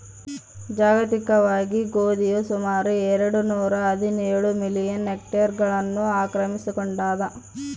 ಜಾಗತಿಕವಾಗಿ ಗೋಧಿಯು ಸುಮಾರು ಎರೆಡು ನೂರಾಹದಿನೇಳು ಮಿಲಿಯನ್ ಹೆಕ್ಟೇರ್ಗಳನ್ನು ಆಕ್ರಮಿಸಿಕೊಂಡಾದ